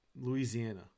Louisiana